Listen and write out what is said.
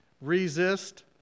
Resist